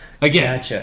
Again